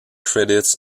credits